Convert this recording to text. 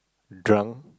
drunk